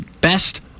best